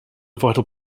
vital